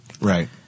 Right